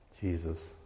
Jesus